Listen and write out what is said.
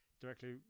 directly